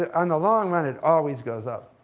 the and long-run, it always goes up.